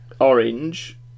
orange